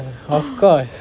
of course